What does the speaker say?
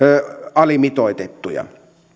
alimitoitettuja